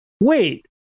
wait